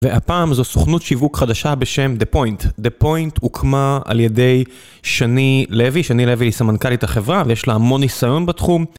והפעם זו סוכנות שיווק חדשה בשם דה פוינט. דה פוינט הוקמה על ידי שני לוי, שני לוי היא סמנכ"לית החברה ויש לה המון ניסיון בתחום.